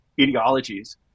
ideologies